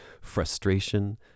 frustration